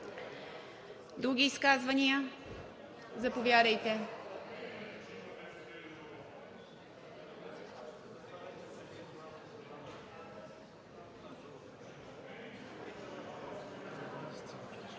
Други изказвания? Заповядайте.